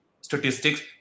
statistics